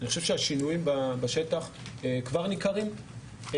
שהשינויים בשטח כבר ניכרים.